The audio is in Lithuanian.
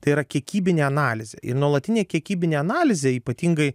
tai yra kiekybinė analizė ir nuolatinė kiekybinė analizė ypatingai